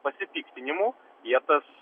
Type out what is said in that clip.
pasipiktinimų jie tas